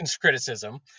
criticism